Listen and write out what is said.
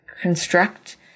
construct